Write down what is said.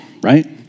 right